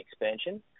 expansion